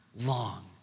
long